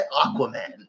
Aquaman